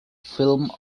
film